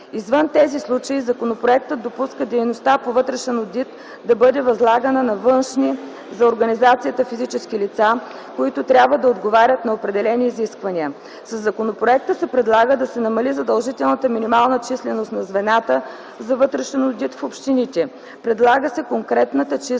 Извън тези случаи законопроектът допуска дейността по вътрешен одит да бъде възлагана на външни за организацията физически лица, които трябва да отговарят на определени изисквания. Със законопроекта се предлага да се намали задължителната минимална численост на звената за вътрешен одит в общините. Предлага се конкретната численост